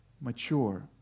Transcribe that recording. mature